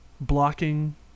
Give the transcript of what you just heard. Blocking